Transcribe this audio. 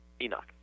Enoch